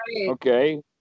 okay